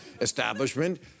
establishment